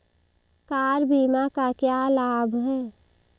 Car बीमा का क्या लाभ है?